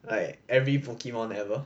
like every pokemon ever